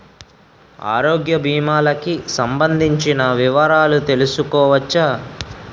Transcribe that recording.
ఆరోగ్య భీమాలకి సంబందించిన వివరాలు తెలుసుకోవచ్చా?